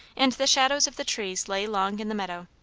and the shadows of the trees lay long in the meadow.